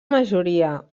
majoria